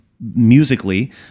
musically